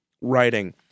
writing